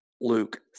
Luke